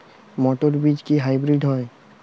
মটর বীজ কি হাইব্রিড হয়?